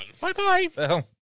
Bye-bye